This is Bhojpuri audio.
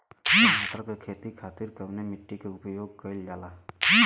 टमाटर क खेती खातिर कवने मिट्टी के उपयोग कइलजाला?